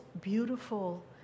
beautiful